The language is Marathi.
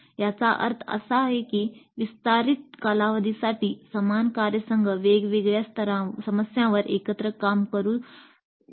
याचा अर्थ असा की विस्तारित कालावधीसाठी समान कार्यसंघ वेगवेगळ्या समस्यांवर एकत्र काम करू द्या